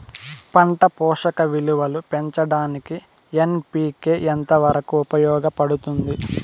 పంట పోషక విలువలు పెంచడానికి ఎన్.పి.కె ఎంత వరకు ఉపయోగపడుతుంది